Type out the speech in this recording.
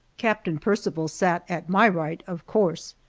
captain percival sat at my right, of course,